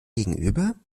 gegenüber